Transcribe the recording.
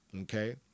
okay